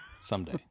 someday